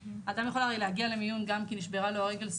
אדם יכול הרי להגיע למיון גם כי נשברה לו הרגל,